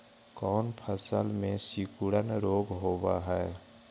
कोन फ़सल में सिकुड़न रोग होब है?